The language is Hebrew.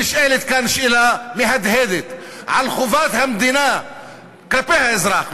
נשאלת כאן שאלה מהדהדת על חובת המדינה כלפי האזרח,